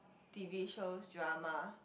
T_V shows drama